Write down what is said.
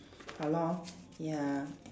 ah lor ya